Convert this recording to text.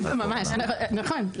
ממש, נכון.